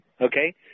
okay